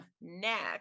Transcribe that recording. Next